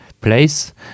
place